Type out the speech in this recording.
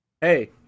hey